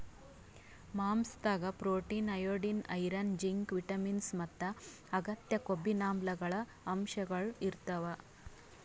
ಮಾಂಸಾದಾಗ್ protein, iodine, iron, zinc, vitamins ಮತ್ತ್ ಅಗತ್ಯ ಕೊಬ್ಬಿನಾಮ್ಲಗಳ್ ಅಂಶಗಳ್ ಇರ್ತವ್